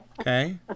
Okay